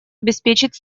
обеспечить